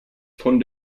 von